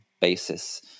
basis